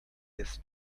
his